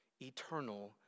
eternal